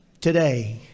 today